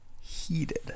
Heated